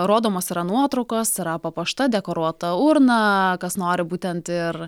rodomos yra nuotraukos yra papuošta dekoruota urną kas nori būtent ir